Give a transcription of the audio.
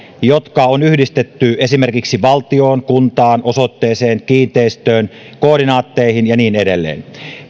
jotka on yhdistetty esimerkiksi valtioon kuntaan osoitteeseen kiinteistöön koordinaatteihin ja niin edelleen